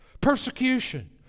persecution